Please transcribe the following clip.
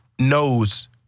knows